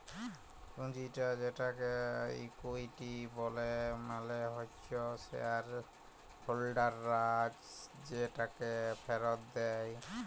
পুঁজিটা যেটাকে ইকুইটি ব্যলে মালে হচ্যে শেয়ার হোল্ডাররা যে টাকা ফেরত দেয়